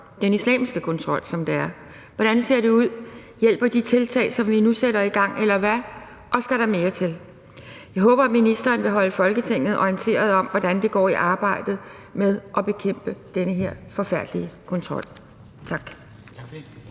den islamiske kontrol, som det er. Hvordan ser det ud? Hjælper de tiltag, som vi nu sætter i gang, eller hvad? Og skal der mere til? Jeg håber, at ministeren vil holde Folketinget orienteret om, hvordan det går med arbejdet med at bekæmpe den her forfærdelige kontrol. Tak.